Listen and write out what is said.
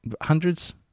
hundreds